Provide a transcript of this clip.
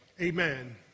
amen